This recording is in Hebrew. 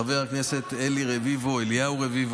חבר הכנסת אלי רביבו,